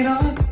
on